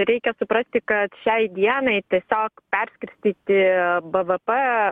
reikia suprasti kad šiai dienai tiesiog perskirstyti bvp